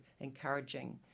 encouraging